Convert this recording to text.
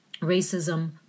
Racism